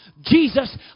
Jesus